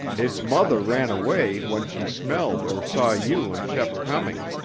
its mother ran away when she smelled or saw you and shep coming.